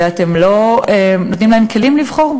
ואתם לא נותנים להם כלים לבחור.